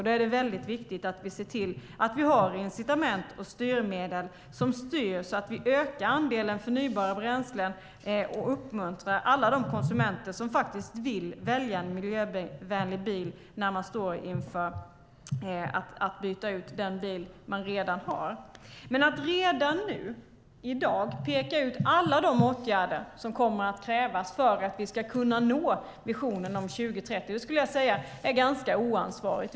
Det är väldigt viktigt att vi ser till att vi har incitament och styrmedel som styr så att vi ökar andelen förnybara bränslen och uppmuntrar alla de konsumenter som faktiskt vill välja en miljövänlig bil när de står inför att byta ut den bil de redan har. Men att redan i dag peka ut alla de åtgärder som kommer att krävas för att vi ska kunna nå visionen för 2030 skulle jag säga vore ganska oansvarigt.